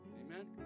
Amen